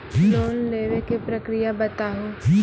Loan लेवे के प्रक्रिया बताहू?